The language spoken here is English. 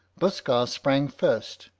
buskar sprang first,